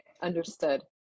understood